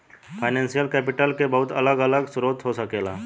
financial capital के बहुत अलग अलग स्रोत हो सकेला